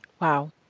Wow